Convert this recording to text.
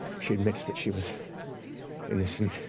she admits that she was innocent,